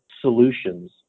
solutions